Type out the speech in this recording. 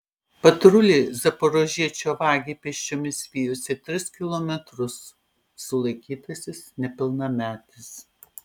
patruliai zaporožiečio vagį pėsčiomis vijosi tris kilometrus sulaikytasis nepilnametis